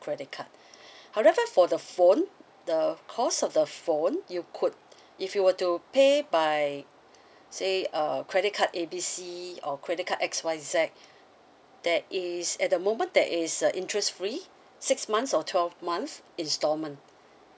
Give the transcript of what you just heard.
credit card however for the phone the cost of the phone you could if you were to pay by say uh credit card A B C or credit card X Y Z there is at the moment there is uh interest free six months or twelve months instalment